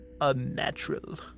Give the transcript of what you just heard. unnatural